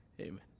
Amen